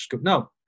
No